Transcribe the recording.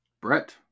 Brett